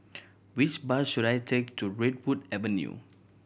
which bus should I take to Redwood Avenue